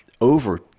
over